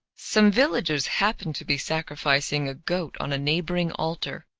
some villagers happened to be sacrificing a goat on a neighbouring altar,